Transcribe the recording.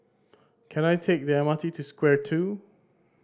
can I take the M R T to Square Two